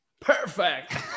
perfect